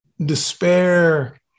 despair